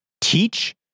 teach